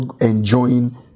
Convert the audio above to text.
enjoying